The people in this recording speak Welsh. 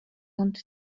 ond